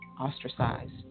ostracized